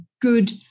good